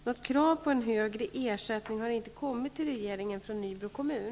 Något krav på en högre ersättning har inte kommit till regeringen från Nybro kommun.